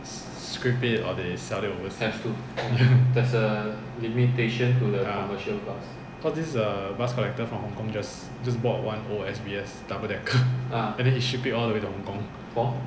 scrape it or they sell it overseas ya cause this bus collector from hong-kong just bought old S_B_S double decker and then he ship it all the way to hong-kong